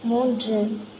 மூன்று